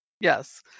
Yes